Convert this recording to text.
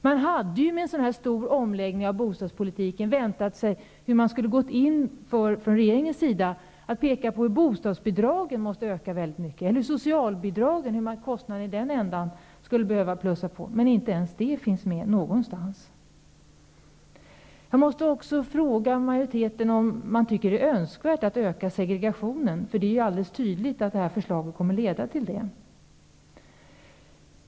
I och med en så stor omläggning av bostadspolitiken hade man kunnat vänta sig att regeringen skulle ha pekat på hur bostadsbidragen eller socialbidragen måste öka väsentligt. Men inte ens detta finns med någonstans. Jag måste också fråga majoriteten om man tycker att det är önskvärt att öka segregationen, vilket det är alldeles tydligt att förslaget kommer att leda till.